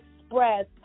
express